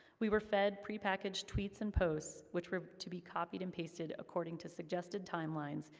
we were fed prepackaged tweets and posts, which were to be copied and pasted according to suggested timelines,